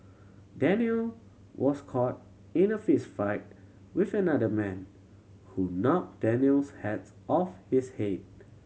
Daniel was caught in a fistfight with another man who knocked Daniel's hat off his head